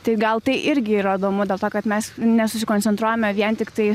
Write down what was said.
tai gal tai irgi yra įdomu dėl to kad mes nesusikoncentruojame vien tiktai